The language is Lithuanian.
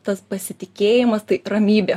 tas pasitikėjimas tai ramybė